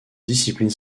disciplines